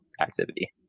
activity